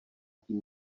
kým